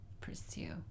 pursue